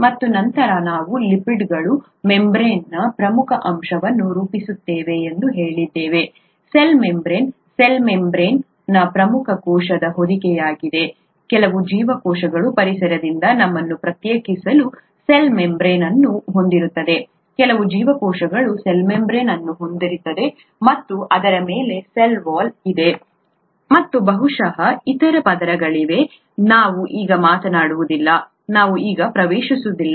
ಮತ್ತು ನಂತರ ನಾವು ಲಿಪಿಡ್ಗಳು ಮೆಂಬ್ರೇನ್ದ ಪ್ರಮುಖ ಅಂಶವನ್ನು ರೂಪಿಸುತ್ತವೆ ಎಂದು ಹೇಳಿದ್ದೇವೆ ಸೆಲ್ ಮೆಂಬ್ರೇನ್ ಸೆಲ್ ಮೆಂಬ್ರೇನ್ನ ಒಂದು ಪ್ರಮುಖ ಕೋಶದ ಹೊದಿಕೆಯಾಗಿದೆ ಕೆಲವು ಜೀವಕೋಶಗಳು ಪರಿಸರದಿಂದ ತಮ್ಮನ್ನು ಪ್ರತ್ಯೇಕಿಸಲು ಸೆಲ್ ಮೆಂಬ್ರೇನ್ ಅನ್ನು ಹೊಂದಿರುತ್ತವೆ ಕೆಲವು ಜೀವಕೋಶಗಳು ಸೆಲ್ ಮೆಂಬ್ರೇನ್ ಅನ್ನು ಹೊಂದಿರುತ್ತವೆ ಮತ್ತು ಅದರ ಮೇಲೆ ಸೆಲ್ ವಾಲ್ ಇದೆ ಮತ್ತು ಬಹುಶಃ ಇತರ ಪದರಗಳಿವೆ ನಾವು ಈಗ ಮಾತನಾಡುವುದಿಲ್ಲ ನಾವು ಈಗ ಪ್ರವೇಶಿಸುವುದಿಲ್ಲ